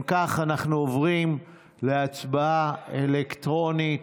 אם כך, אנחנו עוברים להצבעה אלקטרונית,